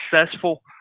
successful